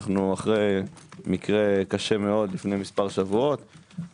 אנו אחרי מקרה מאוד קשה לפני כמה שבועות.